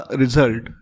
result